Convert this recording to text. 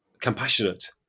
compassionate